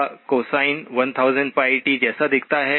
यह cosine 1000πt जैसा दिखता है